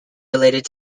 related